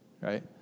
right